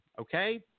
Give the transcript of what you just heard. okay